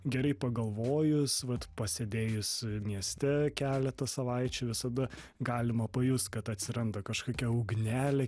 gerai pagalvojus vat pasėdėjus mieste keletą savaičių visada galima pajust kad atsiranda kažkokia ugnelė